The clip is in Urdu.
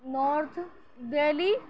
نارتھ دہلی